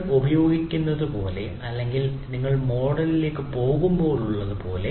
നിങ്ങൾ ഉപയോഗിക്കുന്നതുപോലെ അല്ലെങ്കിൽ നിങ്ങൾ മോഡലിലേക്ക് പോകുമ്പോൾ ഉള്ളതുപോലെ